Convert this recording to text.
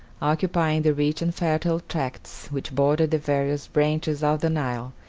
occupying the rich and fertile tracts which bordered the various branches of the nile,